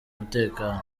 umutekano